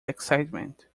excitement